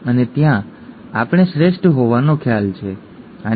અને ત્યાં આપણે શ્રેષ્ઠ હોવાનો ખ્યાલ છે ખરું ને